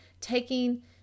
taking